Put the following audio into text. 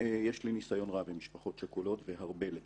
יש לי ניסיון רב עם משפחות שכולות, והרבה, לצערי.